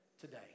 today